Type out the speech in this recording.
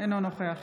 אינו נוכח